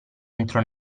entrò